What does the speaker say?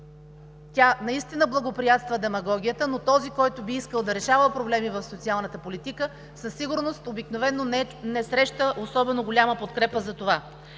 Тя наистина благоприятства демагогията, но този, който би искал да решава проблеми в социалната политика, със сигурност обикновено не среща особено голяма подкрепа за това.